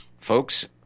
folks